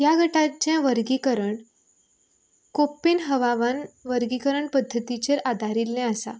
ह्या गटांचें वर्गीकरण कुप्पीन हवावन वर्गीकरण पध्दतीचेर आधारिल्लें आसा